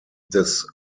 des